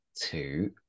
two